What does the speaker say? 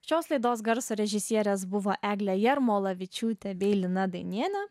šios laidos garso režisierės buvo eglė jarmolavičiūtė bei lina dainienė